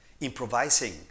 improvising